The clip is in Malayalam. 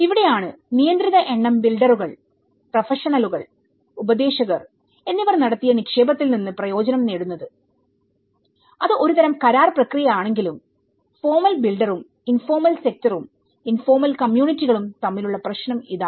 ഇവിടെയാണ് നിയന്ത്രിത എണ്ണം ബിൽഡറുകൾ പ്രൊഫഷണലുകൾ ഉപദേശകർ എന്നിവർ നടത്തിയ നിക്ഷേപത്തിൽ നിന്ന് പ്രയോജനം നേടുന്നത് അത് ഒരുതരം കരാർ പ്രക്രിയയാണെങ്കിലുംഫോർമൽ ബിൽഡറും ഇൻഫോർമൽ സെക്ടറും ഇൻഫോർമൽ കമ്മ്യൂണിറ്റികളും തമ്മിലുള്ള പ്രശ്നം ഇതാണ്